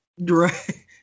right